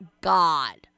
God